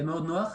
מאוד נוח.